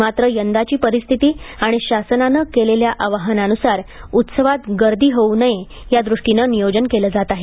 मात्र यंदाची परिस्थिती आणि शासनाने केलेल्या आवाहनानुसार उत्सवात गर्दी होऊ नये यादृष्टीनं नियोजन केलं जात आहे